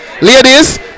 ladies